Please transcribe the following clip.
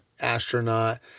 astronaut